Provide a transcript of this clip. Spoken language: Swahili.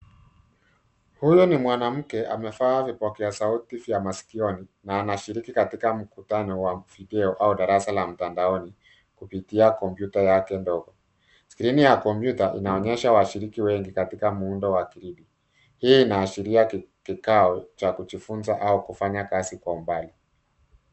Huyu ni mwanamke amevaa vipokea sauti vya masikioni na anashiriki katika mkutano wa video au darasa la mtandaoni kupitia kompyuta yake ndogo. Skrini ya kompyuta inaonyesha washiriki wengi katika muundo wa . Hii inaashiria kikao cha kujifunza au kufanyia kazi kwa umbali.